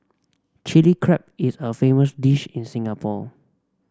Chilli Crab is a famous dish in Singapore